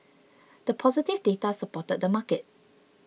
the positive data supported the market